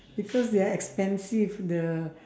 because they're expensive the